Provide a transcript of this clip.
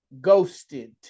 ghosted